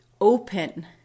open